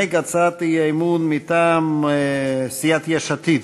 לנמק את הצעת האי-אמון מטעם סיעת יש עתיד: